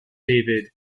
david